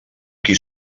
qui